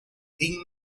tin